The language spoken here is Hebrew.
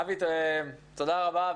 אבי, תודה רבה.